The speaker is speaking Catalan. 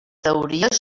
teories